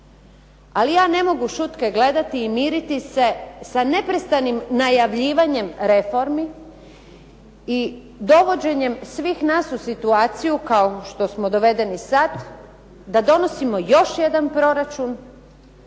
Ali ja ne mogu šutke gledati i miriti se sa neprestanim najavljivanjem reformi i dovođenjem svih nas u situaciju kao što smo dovedeni sad, da donosimo još jedan proračun